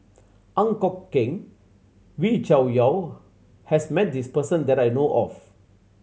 Ang Kok Peng Wee Cho Yaw has met this person that I know of